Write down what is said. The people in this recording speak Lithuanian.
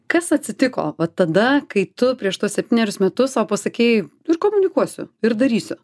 kas atsitiko vat tada kai tu prieš tuos septynerius metus sau pasakei ir komunikuosiu ir darysiu